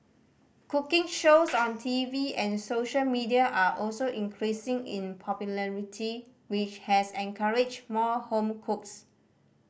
cooking shows on T V and social media are also increasing in popularity which has encouraged more home cooks